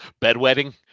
bedwetting